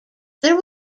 there